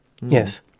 Yes